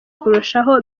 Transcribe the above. kurushaho